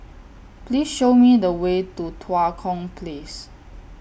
Please Show Me The Way to Tua Kong Place